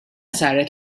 saret